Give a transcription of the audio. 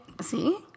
See